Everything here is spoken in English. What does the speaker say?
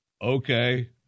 Okay